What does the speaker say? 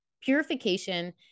purification